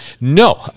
no